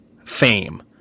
fame